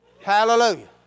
Hallelujah